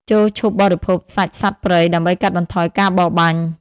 ចូរឈប់បរិភោគសាច់សត្វព្រៃ ដើម្បីកាត់បន្ថយការបរបាញ់។